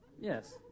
Yes